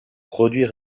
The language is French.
produits